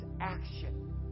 action